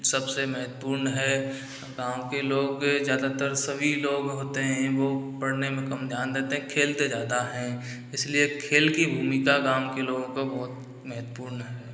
सबसे महत्वपूर्ण है गाँव के लोग ज़्यादातर सभी लोग होते हैं वो पढ़ने में कम ध्यान देते हैं खेलते ज़्यादा है इसलिए खेल की भूमिका गाँव के लोगों को बहुत ही महतवपूर्ण है